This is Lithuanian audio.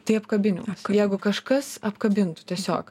tai apkabinimą jeigu kažkas apkabintų tiesiog